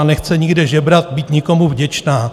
Ona nechce nikde žebrat, být nikomu vděčná.